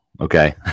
okay